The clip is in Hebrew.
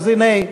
אז הנה,